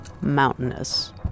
mountainous